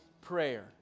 prayer